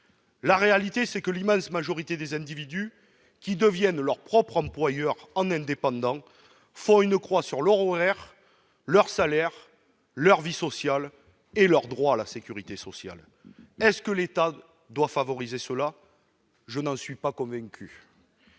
La réalité, c'est que l'immense majorité des individus qui deviennent leur propre employeur, en tant qu'indépendants, font une croix sur leurs horaires, leur salaire, leur vie sociale et leurs droits à la sécurité sociale. Est-ce que l'État doit favoriser cela ? Nous n'en sommes pas convaincus.